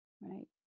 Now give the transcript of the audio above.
right